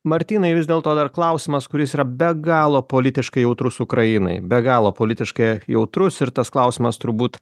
martynai vis dėl to dar klausimas kuris yra be galo politiškai jautrus ukrainai be galo politiškai jautrus ir tas klausimas turbūt